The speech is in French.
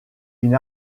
une